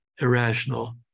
irrational